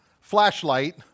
flashlight